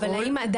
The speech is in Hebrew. אבל האם,